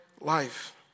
life